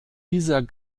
dieser